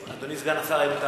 אדוני סגן השר, האם אתה